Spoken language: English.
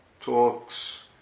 talks